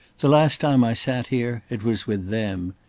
the last time i sat here, it was with them.